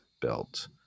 built